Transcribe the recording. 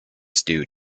stew